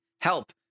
help